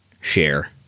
share